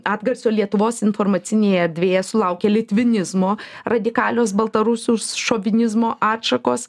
atgarsio lietuvos informacinėje erdvėje sulaukė litvinizmo radikalios baltarusių šovinizmo atšakos